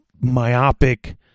myopic